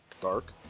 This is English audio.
dark